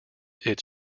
its